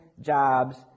jobs